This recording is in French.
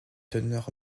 teneur